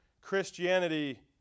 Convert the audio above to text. Christianity